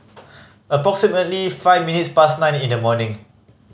approximately five minutes past nine in the morning